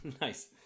Nice